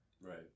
Right